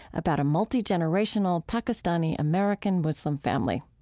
about a multigenerational pakistani-american-muslim family.